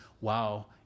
wow